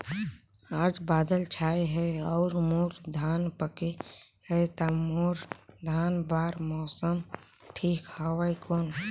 आज बादल छाय हे अउर मोर धान पके हे ता मोर धान बार मौसम ठीक हवय कौन?